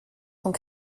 sont